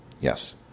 Yes